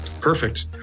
Perfect